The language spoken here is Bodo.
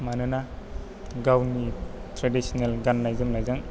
मानोना गावनि थ्रेदिसोनेल गान्नाय जोमनायजों